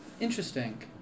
Interesting